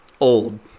old